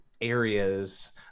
areas